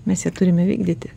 mes ją turime vykdyti